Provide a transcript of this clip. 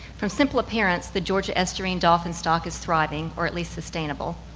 from simple appearance the georgia estuarine dolphin stock is thriving or at least sustainable,